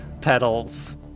petals